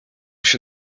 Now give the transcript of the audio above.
się